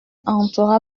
entrera